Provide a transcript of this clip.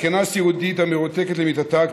זקנה סיעודית המרותקת למיטתה,